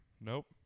Nope